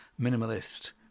minimalist